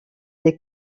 des